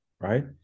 right